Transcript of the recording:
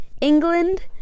England